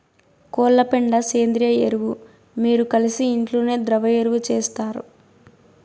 కోళ్ల పెండ సేంద్రియ ఎరువు మీరు కలిసి ఇంట్లోనే ద్రవ ఎరువు చేస్తారు